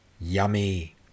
Yummy